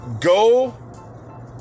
Go